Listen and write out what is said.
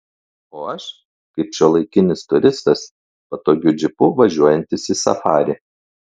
o aš kaip šiuolaikinis turistas patogiu džipu važiuojantis į safarį